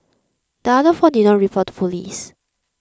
the other four did not to police